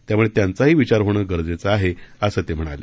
त्यामुळे त्यांचाही विचार होणं गरजेचं आहे असं ते म्हणाले